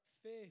Faith